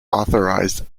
authorized